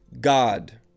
God